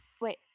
Wait